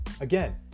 again